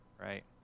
right